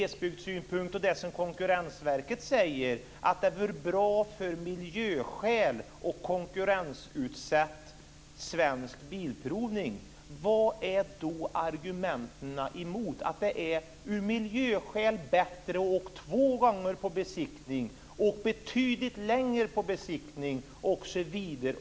Konkurrensverket säger att det vore bra av miljöskäl att konkurrensutsätta Svensk Bilprovning. Vilka argument finns det mot detta? Är det bättre av miljöskäl att åka två gånger på besiktning och att åka betydligt längre till besiktningen?